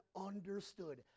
understood